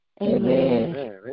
Amen